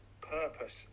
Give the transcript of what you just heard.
purpose